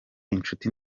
incuti